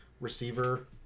receiver